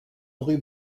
rue